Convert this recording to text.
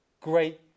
great